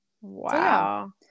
Wow